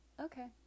Okay